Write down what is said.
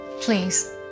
please